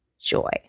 joy